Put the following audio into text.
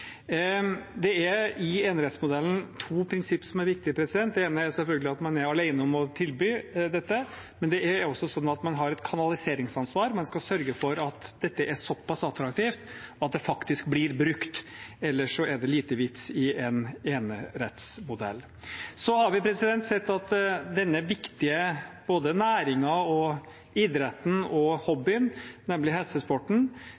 Det er i enerettsmodellen to prinsipp som er viktige. Det ene er selvfølgelig at man er alene om å tilby dette. Men det er også sånn at man har et kanaliseringsansvar. Man skal sørge for at dette er såpass attraktivt at det faktisk blir brukt. Ellers er det lite vits i en enerettsmodell. Så har vi sett at hestesporten, som både er en viktig næring, idrett og